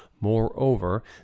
moreover